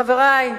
חברי,